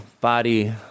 body